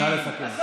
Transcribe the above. נא לסכם.